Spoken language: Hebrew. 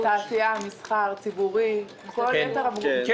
תעשייה, מסחר, ציבורי, כל יתר --- מלונאות.